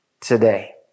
today